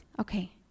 Okay